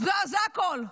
זה הכול.